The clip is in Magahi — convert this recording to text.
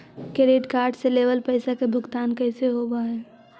क्रेडिट कार्ड से लेवल पैसा के भुगतान कैसे होव हइ?